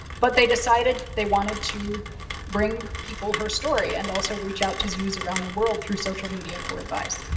but they decided that they wanted to bring people her story, and also reach out to zoos around the world through social media, for advice.